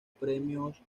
premios